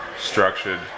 structured